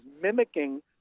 mimicking